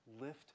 Lift